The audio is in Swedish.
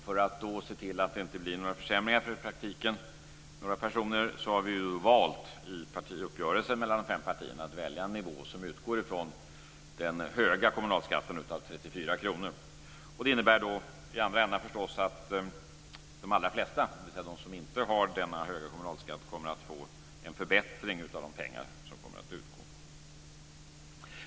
För att se till att det i praktiken inte blir några försämringar för några personer har vi i partiuppgörelsen mellan de fem partierna valt en nivå som utgår från den höga kommunalskatten, 34 kr. Det innebär i andra ändan att de allra flesta, dvs. de som inte har denna höga kommunalskatt, kommer att få en förbättring när det gäller de pengar som kommer att utgå.